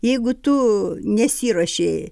jeigu tu nesiruoši